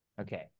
Okay